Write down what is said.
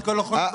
תוך שלושה ימים?